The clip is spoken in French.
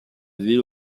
ville